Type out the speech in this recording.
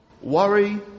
Worry